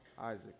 Isaac